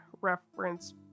reference